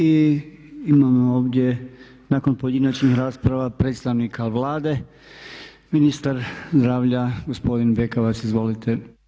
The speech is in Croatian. I imamo ovdje nakon pojedinačnih rasprava predstavnika Vlade, ministar zdravlja gospodin Bekavac, izvolite.